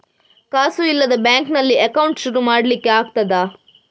ಕಾಸು ಇಲ್ಲದ ಬ್ಯಾಂಕ್ ನಲ್ಲಿ ಅಕೌಂಟ್ ಶುರು ಮಾಡ್ಲಿಕ್ಕೆ ಆಗ್ತದಾ?